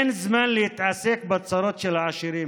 אין זמן להתעסק בצרות של העשירים,